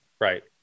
Right